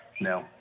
No